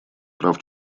прав